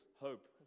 hope